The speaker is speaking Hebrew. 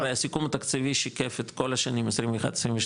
הרי הסיכום התקציבי שיקף את כל השנים 21-22,